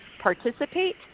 participate